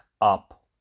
up